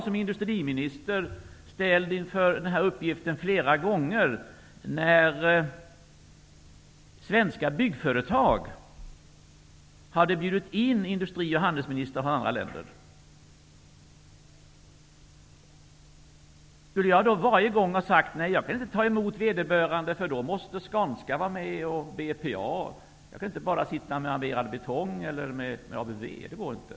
Som industriminister ställdes jag inför den uppgiften flera gånger när svenska byggföretag hade bjudit in industri och handelsministrar från andra länder. Skulle jag då varje gång ha sagt att jag inte kan ta emot vederbörande utan att Skanska eller BPA är med och att jag inte bara kan sitta med t.ex. Armerad Betong?